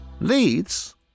Leads